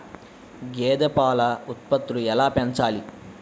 గేదె పాల ఉత్పత్తులు ఎలా పెంచాలి?